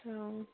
আৰু